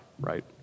right